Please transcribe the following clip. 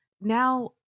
now